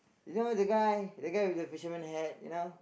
you know the guy the guy with fisherman hat you know